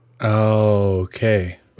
Okay